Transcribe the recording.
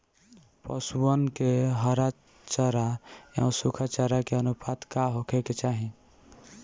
पशुअन के हरा चरा एंव सुखा चारा के अनुपात का होखे के चाही?